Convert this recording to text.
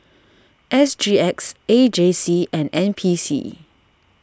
S G X A J C and N P C